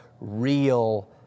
real